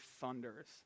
thunders